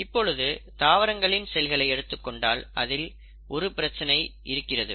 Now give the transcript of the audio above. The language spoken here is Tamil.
இப்பொழுது தாவரங்களின் செல்களை எடுத்துக்கொண்டால் அதில் ஒரு பிரச்சனை இருக்கிறது